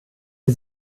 sie